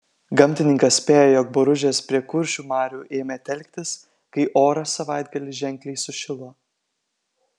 gamtininkas spėja jog boružės prie kuršių marių ėmė telktis kai oras savaitgalį ženkliai sušilo